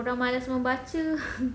orang malas membaca